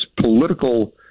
political